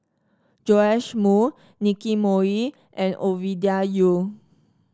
Joash Moo Nicky Moey and Ovidia Yu